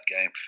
game